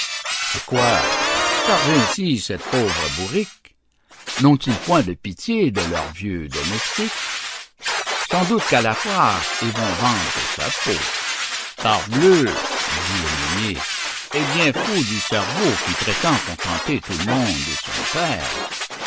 eh quoi charger ainsi cette pauvre bourrique n'ont-ils point de pitié de leur vieux domestique sans doute qu'à la foire ils vont vendre sa peau parbleu dit le meunier est bien fou du cerveau qui prétend contenter tout le monde et son père